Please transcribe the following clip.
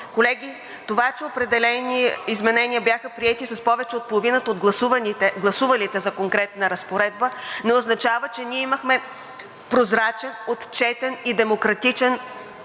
Колеги, това, че определени изменения бяха приети с повече от половината от гласувалите за конкретна разпоредба, не означава, че ние имахме прозрачен, отчетен и демократичен